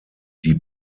die